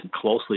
closely